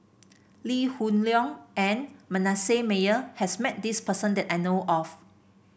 Lee Hoon Leong and Manasseh Meyer has met this person that I know of